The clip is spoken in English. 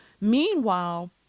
Meanwhile